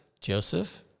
Joseph